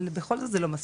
אבל בכל זאת זה לא מספיק.